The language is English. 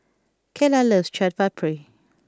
Kaylah loves Chaat Papri